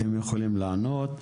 האם אתם יכולים לענות?